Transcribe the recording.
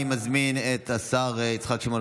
אני מזמין את השר יצחק שמעון